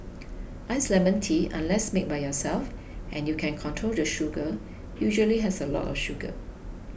iced lemon tea unless made by yourself and you can control the sugar usually has a lot of sugar